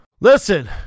Listen